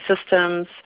systems